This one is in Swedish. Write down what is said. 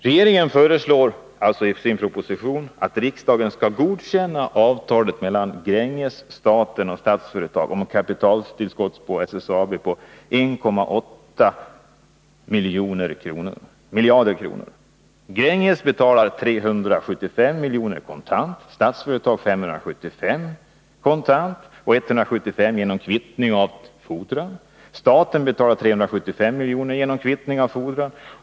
Regeringen föreslår i sin proposition att riksdagen skall godkänna avtalet mellan Gränges, staten och Statsföretag om kapitaltillskott till SSAB på 1,8 miljarder kronor. Gränges betalar 375 miljoner kontant, Statsföretag 575 miljoner kontant och 175 miljoner genom kvittning av fordran. Staten betalar 375 miljoner genom kvittning av fordran.